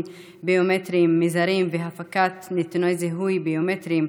ביומטריים מזרים והפקת נתוני זיהוי ביומטריים),